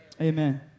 Amen